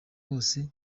bose